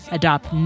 adopt